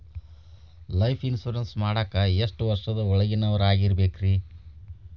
Life insurance ಮಾಡಾಕ ಎಷ್ಟು ವರ್ಷದ ಒಳಗಿನವರಾಗಿರಬೇಕ್ರಿ?